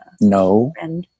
No